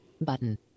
button